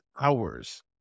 hours